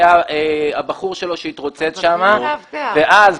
היה הבחור שלו שהתרוצץ שם, ואז